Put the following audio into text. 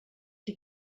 die